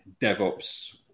DevOps